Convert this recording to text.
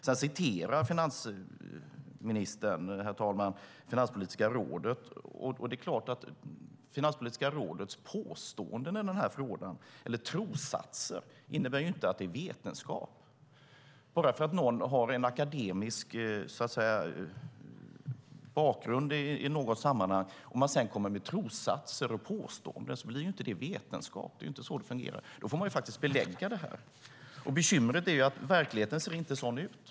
Finansministern citerar, herr talman, Finanspolitiska rådet. Finanspolitiska rådets påståenden eller trossatser innebär inte att det är vetenskap. Bara för att någon har en akademisk bakgrund i något sammanhang men sedan kommer med trossatser och påståenden blir det inte vetenskap. Det är inte så det fungerar. Då får man faktiskt belägga det. Bekymret är att verkligheten inte ser sådan ut.